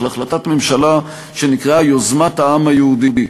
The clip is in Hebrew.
החלטת ממשלה שנקראה "יוזמת העם היהודי",